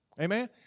Amen